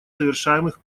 совершаемых